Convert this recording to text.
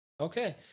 Okay